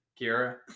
Kira